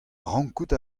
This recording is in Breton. rankout